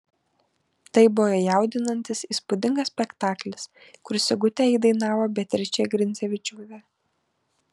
tai buvo jaudinantis įspūdingas spektaklis kur sigutę įdainavo beatričė grincevičiūtė